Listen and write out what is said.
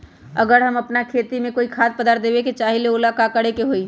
अगर हम अपना खेती में कोइ खाद्य पदार्थ देबे के चाही त वो ला का करे के होई?